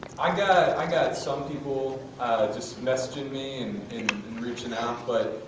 i got i got some people just messaging me and reaching out, but